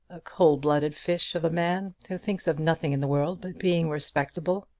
a cold-blooded fish of a man, who thinks of nothing in the world but being respectable?